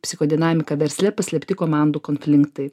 psichodinamika versle paslėpti komandų konflinktai